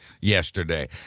yesterday